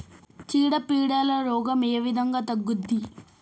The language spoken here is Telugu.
చీడ పీడల రోగం ఏ విధంగా తగ్గుద్ది?